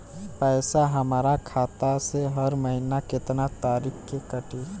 पैसा हमरा खाता से हर महीना केतना तारीक के कटी?